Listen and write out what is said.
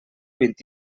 vint